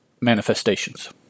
manifestations